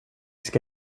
ska